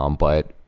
um but,